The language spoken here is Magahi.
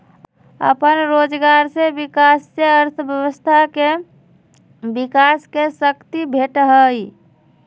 अप्पन रोजगार के विकास से अर्थव्यवस्था के विकास के शक्ती भेटहइ